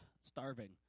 starving